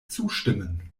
zustimmen